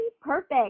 perfect